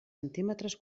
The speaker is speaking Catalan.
decímetres